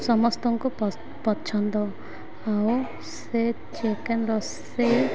ସମସ୍ତଙ୍କୁ ପସନ୍ଦ ଆଉ ସେ ଚିକେନ୍ ରୋଷେଇ